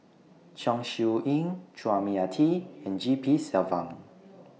Chong Siew Ying Chua Mia Tee and G P Selvam